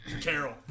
Carol